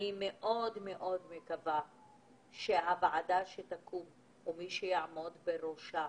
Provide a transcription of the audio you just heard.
אני מאוד מאוד מקווה שהוועדה שתקום ומי שיעמוד בראשה